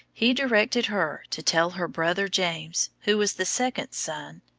he directed her to tell her brother james, who was the second son,